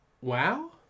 wow